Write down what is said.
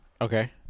Okay